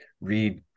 read